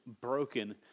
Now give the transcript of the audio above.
broken